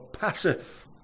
passive